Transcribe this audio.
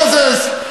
הרב מוזס,